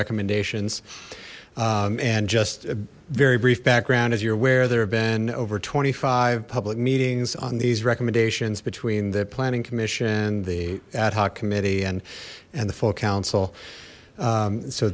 recommendations and just a very brief background as you're aware there have been over twenty five public meetings on these recommendations between the planning commission the ad hoc committee and and the full council